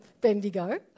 Bendigo